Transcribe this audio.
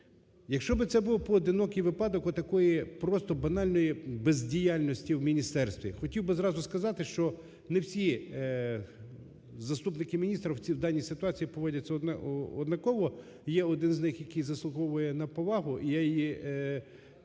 Якщо би це був поодинокий випадок отакої просто банальної бездіяльності в міністерстві, хоті в би зразу сказати, що не всі заступники міністра в даній ситуації поводяться однаково, і є один з них, який заслуговує на повагу, і я її цю